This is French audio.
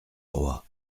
roi